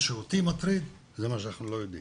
מה שאותי מטריד זה מה שאנחנו לא יודעים.